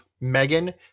Megan